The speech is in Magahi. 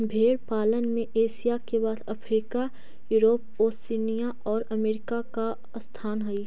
भेंड़ पालन में एशिया के बाद अफ्रीका, यूरोप, ओशिनिया और अमेरिका का स्थान हई